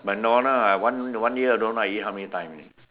McDonald ah I one one year eat don't know how many time only